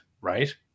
right